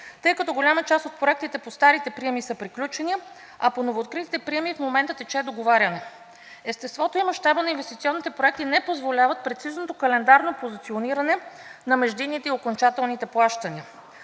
тъй като голяма част от проектите по старите приеми са приключени, а по новооткритите приеми в момента тече договаряне. Естеството и мащаба на инвестиционните проекти не позволяват прецизното календарно позициониране на междинните и окончателните плащания.